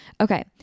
Okay